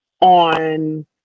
on